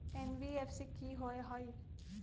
NBFC कि होअ हई?